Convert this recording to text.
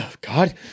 God